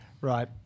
right